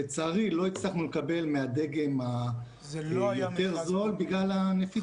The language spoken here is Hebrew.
לצערי לא הצלחנו לקבל מהדגם היותר זול בגלל הנפיצות שלו.